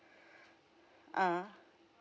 ah